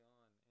on